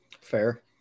fair